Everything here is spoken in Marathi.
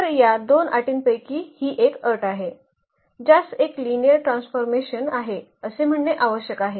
तर या दोन अटींपैकी ही एक अट आहे ज्यास एक लिनिअर ट्रान्सफॉर्मेशन आहे असे म्हणणे आवश्यक आहे